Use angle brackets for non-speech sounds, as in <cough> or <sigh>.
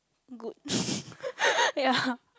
good <laughs> ya